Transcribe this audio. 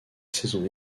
saison